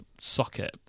socket